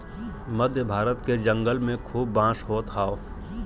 मध्य भारत के जंगल में खूब बांस होत हौ